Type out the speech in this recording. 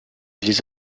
les